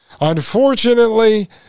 Unfortunately